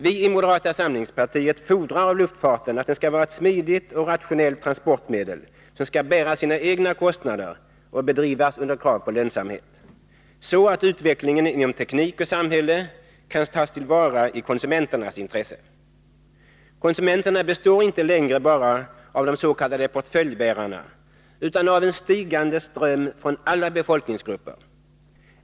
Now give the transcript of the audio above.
Vi i moderata samlingspartiet fordrar av luftfarten att den skall vara ett smidigt och rationellt transportmedel, som skall bära sina egna kostnader och bedrivas under krav på lönsamhet, så att utvecklingen inom teknik och samhälle kan tas till vara i konsumenternas intresse. Konsumenterna består inte längre bara av des.k. portföljbärarna utan av en stigande ström från alla befolkningsgrupper.